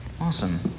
Awesome